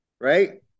right